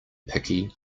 picky